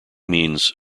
means